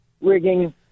rigging